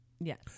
Yes